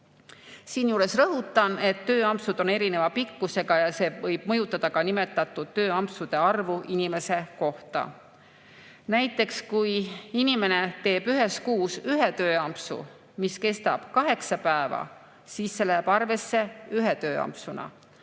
inimest. Rõhutan, et tööampsud on erineva pikkusega ja see võib mõjutada ka nimetatud tööampsude arvu inimese kohta. Näiteks kui inimene teeb ühes kuus ühe tööampsu, mis kestab kaheksa päeva, siis see läheb arvesse ühe tööampsuna.